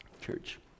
Church